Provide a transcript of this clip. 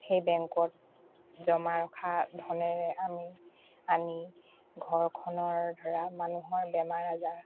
সেই বেংকত জমা ৰখা ধনেৰে আমি আনি ঘৰখনৰ ধৰা মানুহৰ বেমাৰ আজাৰ